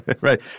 right